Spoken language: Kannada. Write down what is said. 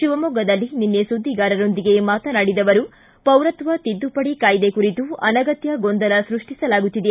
ಶಿವಮೊಗ್ಗದಲ್ಲಿ ನಿನ್ನೆ ಸುದ್ದಿಗಾರರೊಂದಿಗೆ ಮಾತನಾಡಿದ ಅವರು ಪೌರತ್ವ ತಿದ್ದುಪಡಿ ಕಾಯ್ದೆ ಕುರಿತು ಅನಗತ್ಯ ಗೊಂದಲ ಸೃಷ್ಟಿಸಲಾಗುತ್ತಿದೆ